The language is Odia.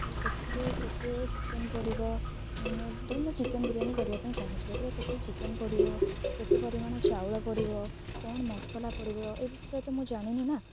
ଆଉ ସେଥିରେ କେତେ ଚିକେନ୍ ପଡ଼ିବ ଧରନ୍ତୁ ମୁଁ ଚିକେନ୍ ବିରିୟାନୀ କରିବା ପାଇଁ ଚାହୁଁଛି ସେଥିରେ କେତେ ଚିକେନ୍ ପଡ଼ିବ କେତେ ପରିମାଣ ଚାଉଳ ପଡ଼ିବ କ'ଣ ମସଲା ପଡ଼ିବ ଏ ବିଷୟରେ ତ ମୁଁ ଜାଣିନି ନା